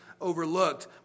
overlooked